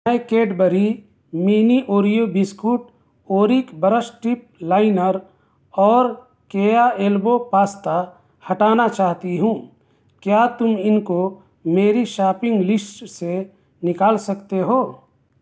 میں Cadbury mini Oreo biscuit اورک brush tip liner اور کیا ایلبو پاستا ہٹانا چاہتی ہوں کیا تم ان کو میری شاپنگ لسٹ سے نکال سکتے ہو